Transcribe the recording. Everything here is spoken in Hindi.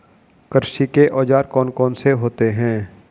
कृषि के औजार कौन कौन से होते हैं?